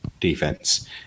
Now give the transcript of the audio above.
defense